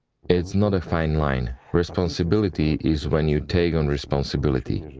it's not a fine line. responsibility is when you take on responsibility,